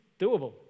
doable